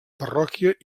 parròquia